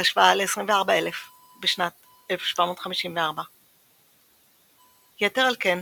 בהשוואה ל-24,000 בשנת 1754. יתר על כן,